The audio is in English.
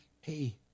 hey